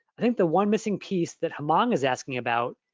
i think the one missing piece that hmong is asking about,